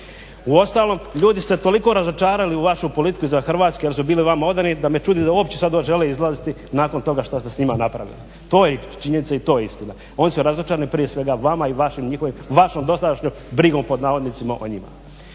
Uostalom ljudi se toliko razočarali u vašu politiku za Hrvatske jer su bili vama odani da me čudi da uopće sad da žele izlaziti nakon toga što ste s njima napravili. To je činjenica i to je istina. Oni su razočarani prije svega vama i vašom dosadašnjom brigom pod navodnicima o njima.